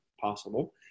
possible